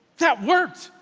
that worked,